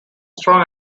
strong